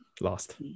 Lost